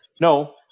no